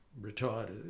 retired